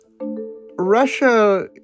Russia